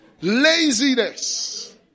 Laziness